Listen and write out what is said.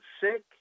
sick